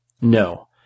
No